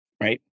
right